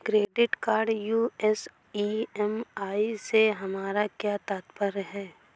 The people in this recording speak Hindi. क्रेडिट कार्ड यू.एस ई.एम.आई से हमारा क्या तात्पर्य है?